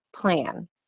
plan